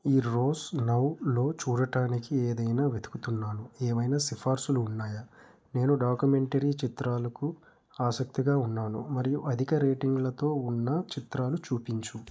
Eros నవ్లో చూడడానికి ఏదైనా వెతుకుతున్నాను ఏవైనా సిఫార్సులు ఉన్నాయా నేను డాక్యుమెంటరీ చిత్రాలకు అసక్తిగా ఉన్నాను మరియు అధిక రేటింగ్లతో ఉన్న చిత్రాలు చూపించు